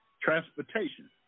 transportation